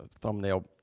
thumbnail